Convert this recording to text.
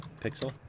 Pixel